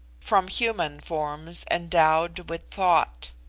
from human forms endowed with thought.